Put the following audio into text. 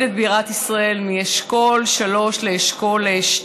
את בירת ישראל מאשכול 3 לאשכול 2?